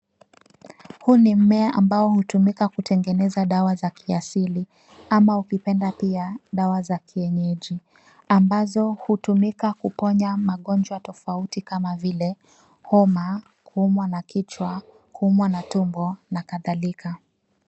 Huu ni mmea ambao hutumika kutengeneza dawa za kiasili ama ukipenda pia dawa za kienyeji ambazo hutumika kuponya magonjwa tofauti kama vile homa, kuumwa na kichwa, kuumwa na tumbo na kadhalika.